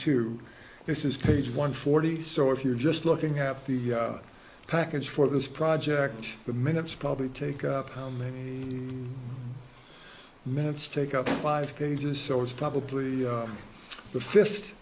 two this is page one forty so if you're just looking at the package for this project the minutes probably take up how many minutes take up five pages so it's probably the fi